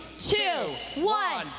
two, one.